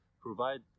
provide